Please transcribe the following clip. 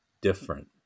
different